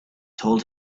told